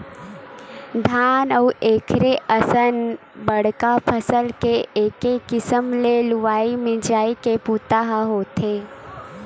धान अउ एखरे असन बड़का फसल के एके किसम ले लुवई मिजई के बूता ह होथे